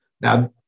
Now